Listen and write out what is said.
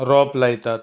रोंप लायतात